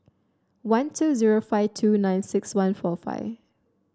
one two zero five two nine six one four five